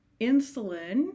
insulin